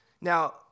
Now